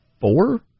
four